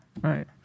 Right